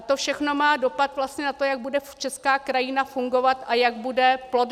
To všechno má dopad na to, jak bude česká krajina fungovat a jak bude plodná.